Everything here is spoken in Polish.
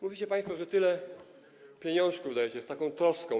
Mówicie państwo, że tyle pieniążków dajecie, z taką troską.